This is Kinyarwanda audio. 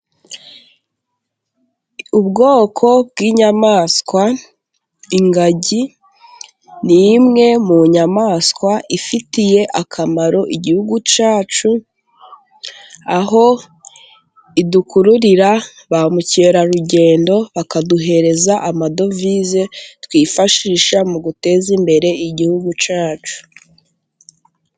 Ubwoko bw'inyamaswa, ingagi ni imwe mu nyamaswa ifitiye akamaro Igihugu cyacu, aho idukururira ba mukerarugendo bakaduhereza amadovize twifashisha mu guteza imbere Igihugu cyacu.